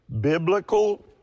biblical